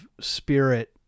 spirit